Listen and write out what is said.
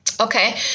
Okay